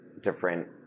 different